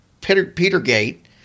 Petergate